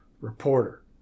reporter